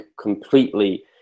completely